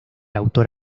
autor